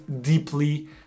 deeply